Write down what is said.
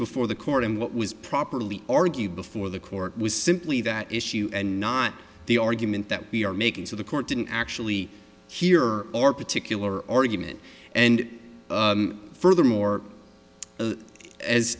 before the court and what was properly argued before the court was simply that issue and not the argument that we are making to the court didn't actually hear our particular argument and furthermore as